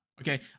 Okay